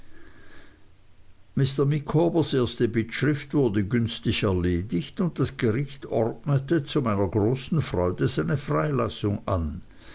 mr micawbers erste bittschrift wurde günstig erledigt und das gericht ordnete zu meiner großen freude seine freilassung an